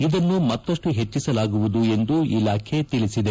ಇದನ್ನು ಮತ್ತಷ್ಟು ಪೆಚ್ಚಿಸಲಾಗುವುದು ಎಂದು ಇಲಾಖೆ ತಿಳಿಸಿದೆ